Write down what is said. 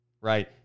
right